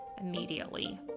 immediately